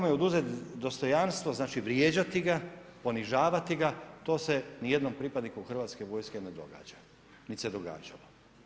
Nekome oduzet dostojanstvo znači vrijeđati ga, ponižavati ga, to se nijednom pripadniku hrvatske vojske ne događa, nit se događalo.